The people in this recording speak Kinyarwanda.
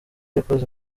yakoze